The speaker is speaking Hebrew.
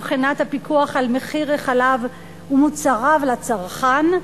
שנקראה "הוועדה הציבורית לבחינת הפיקוח על מחיר החלב ומוצריו לצרכן"